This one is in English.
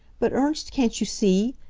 but, ernst, can't you see?